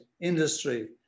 industry